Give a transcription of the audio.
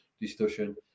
discussion